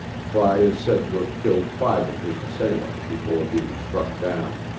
frey is said to have killed five of his assailants before being struck down.